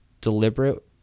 deliberate